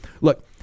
look